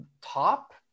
top